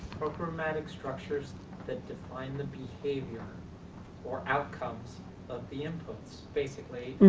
programmatic structures that define the behavior or outcomes of the inputs. basically,